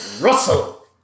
Russell